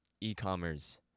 e-commerce